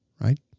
right